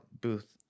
booth